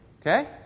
Okay